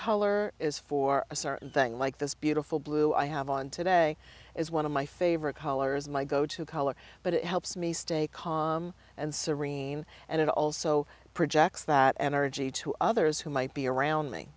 color is for a certain thing like this beautiful blue i have on today is one of my favorite colors my go to color but it helps me stay calm and serene and it also projects that energy to others who might be around me